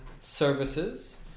services